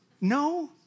No